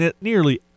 nearly